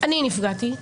אני נפגעתי,